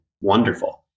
wonderful